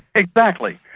exactly.